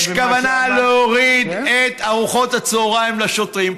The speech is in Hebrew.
יש כוונה להוריד את ארוחות הצוהריים לשוטרים.